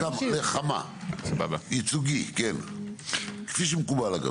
ייצוגי, כפי שמקובל.